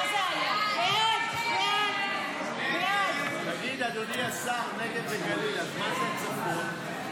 ההסתייגויות לסעיף 25 בדבר תוספת תקציב לא